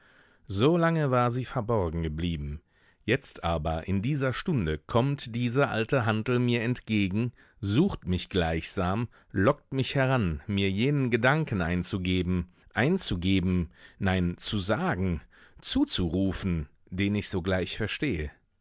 lange war sie verborgen geblieben jetzt aber in dieser stunde kommt diese alte hantel mir entgegen sucht mich gleichsam lockt mich heran mir jenen gedanken einzugeben einzugeben nein zu sagen zuzurufen den ich sogleich verstehe